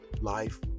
life